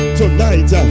tonight